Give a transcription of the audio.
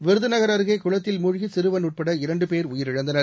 விருதுநகர் அருகேகுளத்தில் மூழ்கிசிறுவன் உட்பட இரண்டுபேர் உயிரிழந்தனர்